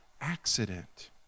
accident